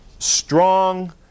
Strong